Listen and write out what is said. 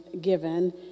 given